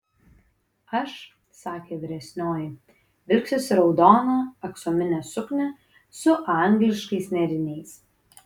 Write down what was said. aš sakė vyresnioji vilksiuosi raudoną aksominę suknią su angliškais nėriniais